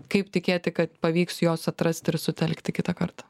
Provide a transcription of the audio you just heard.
kaip tikėti kad pavyks jos atrasti ir sutelkti kitą kartą